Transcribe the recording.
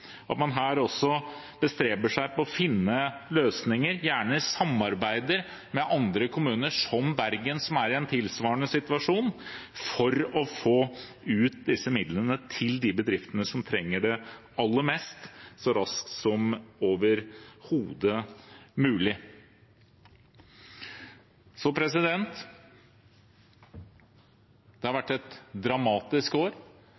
også bestreber seg på å finne løsninger, gjerne i samarbeid med andre kommuner, som Bergen, som er i en tilsvarende situasjon, for å få ut disse midlene til de bedriftene som trenger det aller mest, så raskt som overhodet mulig. Det har vært et dramatisk år.